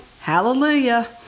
hallelujah